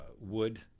wood